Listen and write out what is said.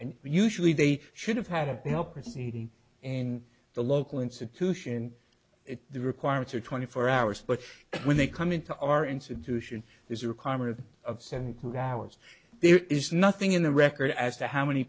and usually they should have had a help proceeding in the local institution if the requirements are twenty four hours but when they come into our institution there's a requirement of of syncrude hours there is nothing in the record as to how many